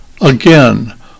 Again